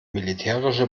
militärische